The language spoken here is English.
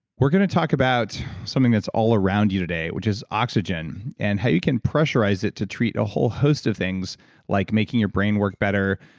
we're going to talk about something that's all around you today, which is oxygen. and how you can pressurize it to treat a whole host of things like making your brain work better,